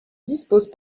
dispose